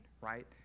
right